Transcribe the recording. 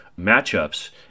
matchups